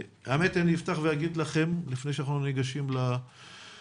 אפתח ואגיד לכם לפני שאנחנו ניגשים להצגת